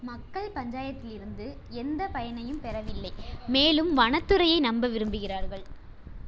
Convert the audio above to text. மக்கள் பஞ்சாயத்திலிருந்து எந்த பயனையும் பெறவில்லை மேலும் வனத்துறையை நம்ப விரும்புகிறார்கள்